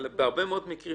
בהרבה מאוד מקרים